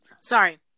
Sorry